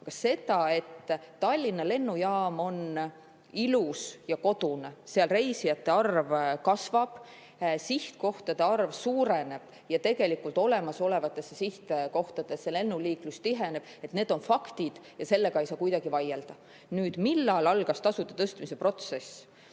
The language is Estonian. Aga see, et Tallinna Lennujaam on ilus ja kodune, reisijate arv kasvab, sihtkohtade arv suureneb ja tegelikult olemasolevatesse sihtkohtadesse väljuv lennuliiklus tiheneb – need on faktid ja nende üle ei saa kuidagi vaielda. Millal algas tasude tõstmise protsess?